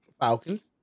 Falcons